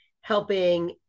helping